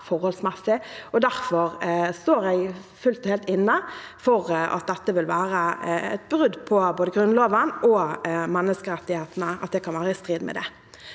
Derfor står jeg fullt og helt inne for at dette vil kunne være et brudd på både Grunnloven og menneskerettighetene.